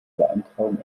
beantragung